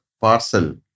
parcel